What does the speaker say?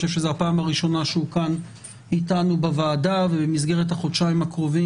זו הפעם הראשונה שהוא כאן בוועדה ובמסגרת החודשיים הקרובים,